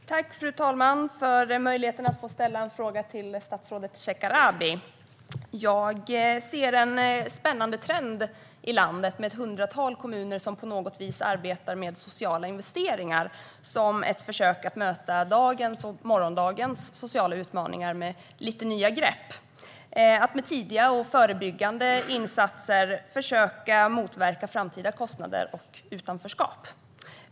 Fru talman! Jag tackar för möjligheten att ställa en fråga till statsrådet Shekarabi. Jag ser en spännande trend i landet med ett hundratal kommuner som på något vis arbetar med sociala investeringar som ett försök att möta dagens och morgondagens sociala utmaningar med lite nya grepp, för att med tidiga och förebyggande insatser försöka motverka framtida kostnader och utanförskap.